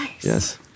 yes